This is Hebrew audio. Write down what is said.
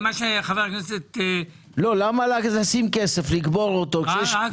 מה שחבר הכנסת- -- למה לקבור כסף כשיש